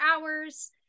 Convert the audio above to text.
hours